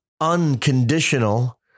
unconditional